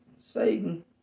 Satan